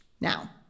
Now